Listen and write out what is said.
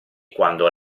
quando